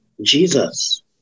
Jesus